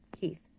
Keith